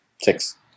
Six